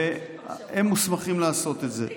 והם מוסמכים לעשות את זה,